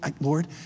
Lord